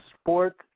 Sports